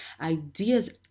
ideas